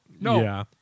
No